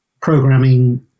programming